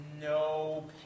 no